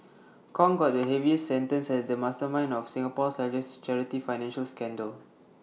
Kong got the heaviest sentence as the mastermind of Singapore's A rest charity financial scandal